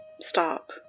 stop